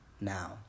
now